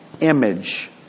image